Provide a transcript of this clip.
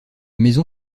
maison